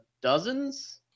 dozens